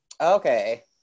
Okay